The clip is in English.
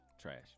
Trash